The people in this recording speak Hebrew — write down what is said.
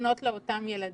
לפנות לאותם ילדים.